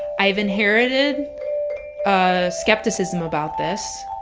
i've inherited a skepticism about this.